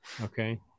Okay